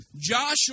Joshua